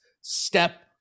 step